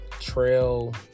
trail